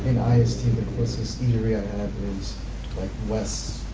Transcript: ist the closest eatery i have is like west?